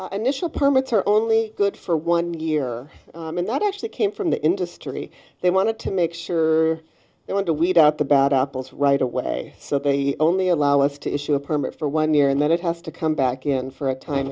are only good for one year and that actually came from the industry they want to make sure they want to weed out the bad apples right away so they only allow us to issue a permit for one year and then it has to come back in for a time